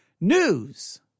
news